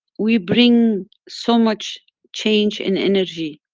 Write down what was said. we bring so much change in energy,